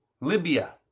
Libya